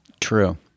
True